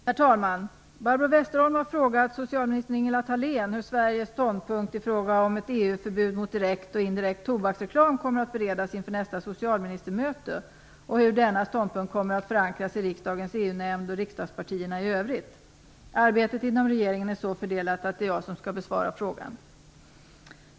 Herr talman! Barbro Westerholm har frågat socialminister Ingela Thalén hur Sveriges ståndpunkt i fråga om ett EU-förbud mot direkt och indirekt tobaksreklam kommer att beredas inför nästa socialministermöte och hur denna ståndpunkt kommer att förankras i riksdagens EU-nämnd och i riksdagspartierna i övrigt. Arbetet inom regeringen är så fördelat att det är jag som skall besvara frågan.